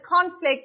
conflict